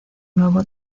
nuevo